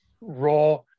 raw